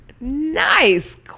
Nice